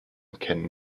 kennen